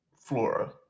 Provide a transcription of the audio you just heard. Flora